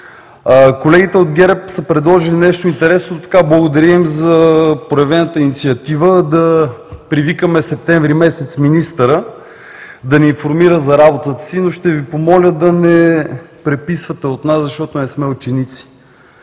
Колегите от ГЕРБ са предложили нещо интересно. Благодаря им за проявената инициатива да привикаме месец септември министъра да ни информира за работата си, но ще Ви помоля да не преписвате от нас, защото не сме ученици.